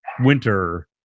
Winter